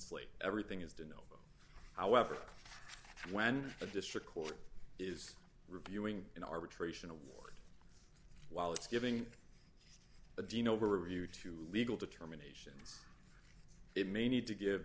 slate everything is to know however when a district court is reviewing an arbitration award while it's giving a gene over a view to legal determination it may need to give